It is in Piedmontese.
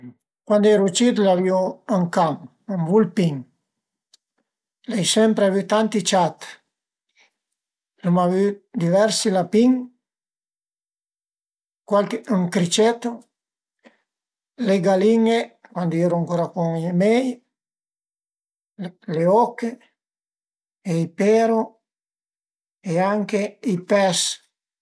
Cuandi i eru cit l'avìu ün can, ün vulpin, l'ai sempre avü tanti ciat, l'uma avü diversi lapin, cualche ün criceto, le galin-e cuandi i eru ancura cun i mei, le oche e i peru e anche i pes